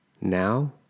now